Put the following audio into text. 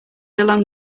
along